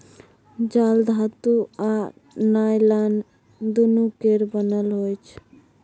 जाल धातु आ नॉयलान दुनु केर बनल होइ छै